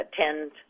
attend